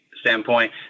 standpoint